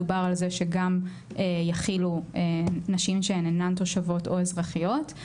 דובר על זה שגם יכילו נשים שהן אינן תושבות או אזרחיות.